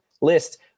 list